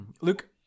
Luke